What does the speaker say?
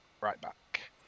right-back